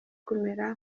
kumera